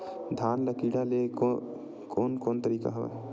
धान ल कीड़ा ले के कोन कोन तरीका हवय?